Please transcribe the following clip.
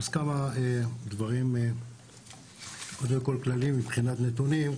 כמה דברים כלליים מבחינת נתונים.